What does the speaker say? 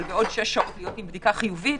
אבל עוד 6 שעות להיות עם בדיקה חיובית,